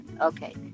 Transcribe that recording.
okay